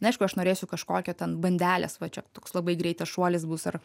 na aišku aš norėsiu kažkokio ten bandelės va čia toks labai greitas šuolis bus ar